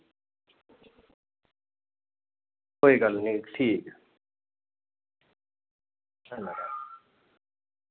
कोई गल्ल निं ठीक धन्यबाद